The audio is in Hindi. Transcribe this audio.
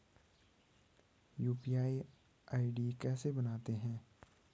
यु.पी.आई आई.डी कैसे बनाते हैं?